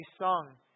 sung